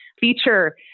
feature